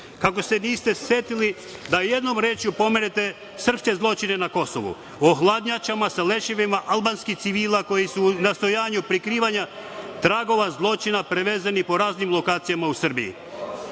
Kako se niste setili da jednom rečju pomenete srpske zločine na Kosovu, o hladnjačama sa leševima albanskih civila koji su na nastojanju prikrivanja tragova zločina prevezeni po raznim lokacijama u Srbiji.